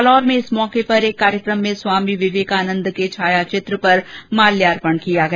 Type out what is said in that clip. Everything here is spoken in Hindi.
जालौर में इस अवसर पर एक कार्यक्रम में स्वामी विवेकानंद के छायाचित्र पर माल्यार्पण किया गया